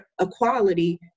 equality